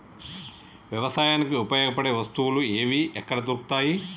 వ్యవసాయానికి ఉపయోగపడే వస్తువులు ఏవి ఎక్కడ దొరుకుతాయి?